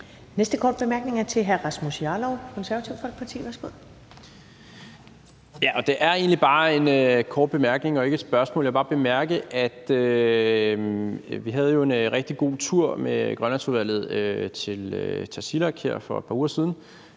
Næste korte bemærkning er til hr. Rasmus Jarlov, Det Konservative Folkeparti. Værsgo. Kl. 18:05 Rasmus Jarlov (KF): Det er egentlig bare en bemærkning og ikke et spørgsmål. Vi havde jo en rigtig god tur med Grønlandsudvalget til Tasiilaq her for et par uger siden,